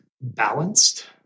balanced